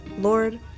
Lord